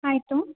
ಆಯಿತು